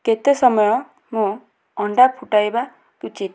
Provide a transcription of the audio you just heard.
କେତେ ସମୟ ମୁଁ ଅଣ୍ଡା ଫୁଟାଇବା ଉଚିତ୍